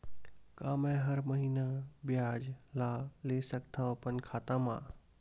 का मैं हर महीना ब्याज ला ले सकथव अपन खाता मा?